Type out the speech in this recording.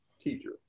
teacher